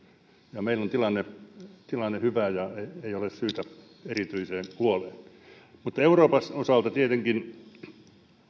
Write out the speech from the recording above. ja meillä on tilanne tilanne hyvä ja ei ole syytä erityiseen huoleen mutta euroopan osalta tietenkin